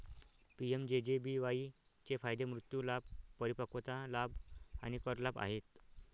PMJJBY चे फायदे मृत्यू लाभ, परिपक्वता लाभ आणि कर लाभ आहेत